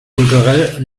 kulturell